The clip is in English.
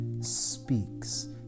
speaks